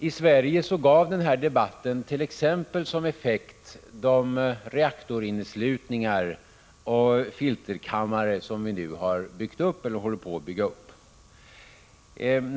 I Sverige gav den här debatten som effekt t.ex. de reaktorinneslutningar och filterkammare som vi nu har eller håller på att bygga upp.